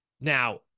now